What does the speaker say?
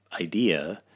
idea